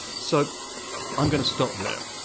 so i'm going to stop there.